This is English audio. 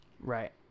Right